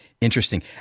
Interesting